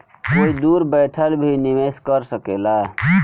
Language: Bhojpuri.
कोई दूर बैठल भी निवेश कर सकेला